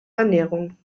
ernährung